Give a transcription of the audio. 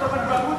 חוק לעידוד